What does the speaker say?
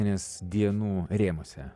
nes dienų rėmuose